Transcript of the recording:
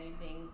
using